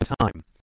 time